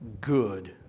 good